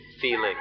feeling